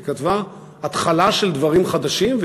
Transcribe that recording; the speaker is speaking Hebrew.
היא כתבה: התחלה של דברים חדשים,